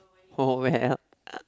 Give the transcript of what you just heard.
oh well